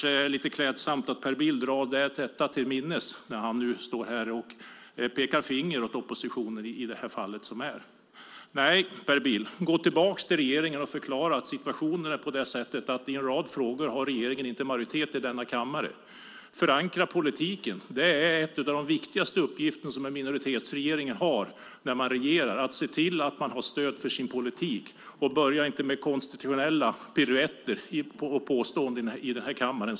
Det vore lite klädsamt om Per Bill drar sig detta till minnes när han nu står här och pekar finger åt oppositionen i detta fall. Nej, Per Bill, gå tillbaka till regeringen och förklara att situationen är sådan att regeringen inte har majoritet i en rad frågor i denna kammare. Förankra politiken! Det är en av de viktigaste uppgifter som en minoritetsregering har när man regerar. Man måste se till att man har stöd för sin politik. Börja inte med konstitutionella piruetter och påståenden i denna kammare!